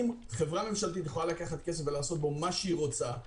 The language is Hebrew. כל החסמים נמצאים בתוך הדוח הזה,